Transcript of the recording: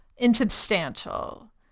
insubstantial